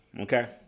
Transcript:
okay